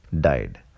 died